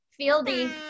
Fieldy